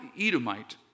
Edomite